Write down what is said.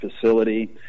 facility